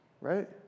Right